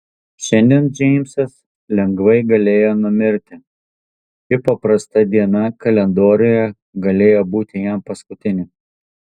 šiandien džeimsas lengvai galėjo numirti ši paprasta diena kalendoriuje galėjo būti jam paskutinė